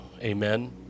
Amen